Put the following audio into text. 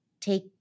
take